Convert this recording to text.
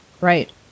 Right